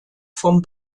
vom